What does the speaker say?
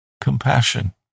compassion